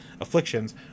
Afflictions